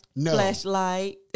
Flashlight